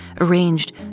arranged